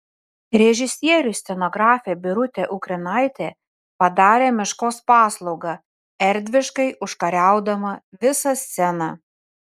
režisieriui scenografė birutė ukrinaitė padarė meškos paslaugą erdviškai užkariaudama visą sceną